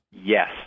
Yes